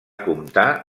comptar